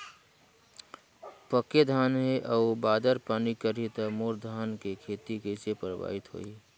पके धान हे अउ बादर पानी करही त मोर धान के खेती कइसे प्रभावित होही?